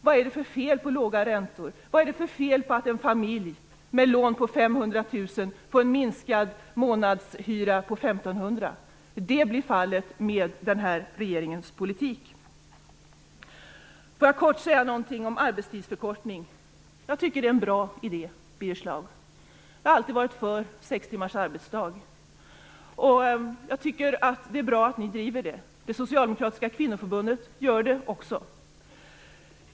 Vad är det för fel på att en familj med lån på 500 000 kr får en minskad månadskostnad med 1 500 kr? Det blir nämligen fallet med regeringens politik. Jag skall kort säga någonting om arbetstidsförkortning. Jag tycker att det är en bra idé, Birger Schlaug. Jag har alltid varit för 6 timmars arbetsdag, och jag tycker att det är bra att Miljöpartiet driver frågan. Det socialdemokratiska kvinnoförbundet gör det också.